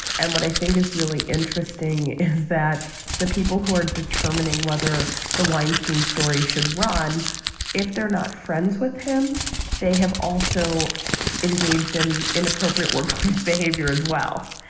and what i think is really interesting is that the people who are determining whether the weinstein story should run if they're not friends with him they have also engaged in inappropriate workplace behavior as well.